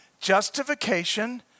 Justification